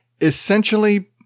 Essentially